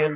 L